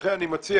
לכן אני מציע,